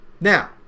Now